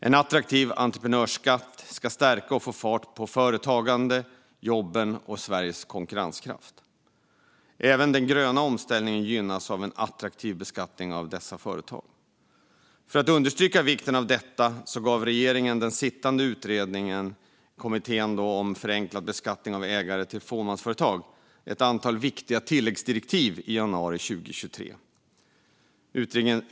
En attraktiv entreprenörsskatt ska stärka och få fart på företagande, jobb och Sveriges konkurrenskraft. Även den gröna omställningen gynnas av en attraktiv beskattning av dessa företag. För att understryka vikten av detta gav regeringen Kommittén om förenklad beskattning av ägare till fåmansföretag ett antal viktiga tilläggsdirektiv till sin utredning i januari 2023.